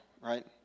right